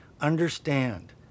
Understand